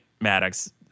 Maddox